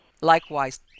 Likewise